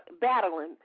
battling